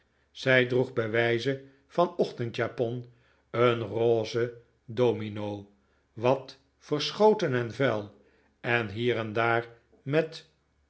zij droeg bij wijze van ochtendjapon een rosen domino wat verschoten en vuil en hier en daar met